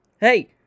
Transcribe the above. Hey